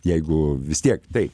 jeigu vis tiek taip